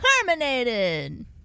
terminated